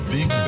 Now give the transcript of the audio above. Big